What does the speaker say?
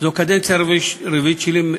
זו קדנציה רביעית שלי,